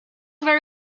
very